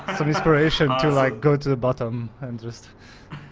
and some inspiration to like go to the bottom and just